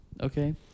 Okay